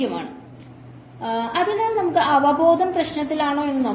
ആകുന്നു അതിനാൽ നമ്മുടെ അവബോധം പ്രശ്നത്തിലാണോ എന്ന് നോക്കാം